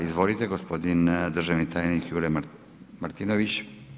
Izvolite gospodin državni tajnik Jure Martinović.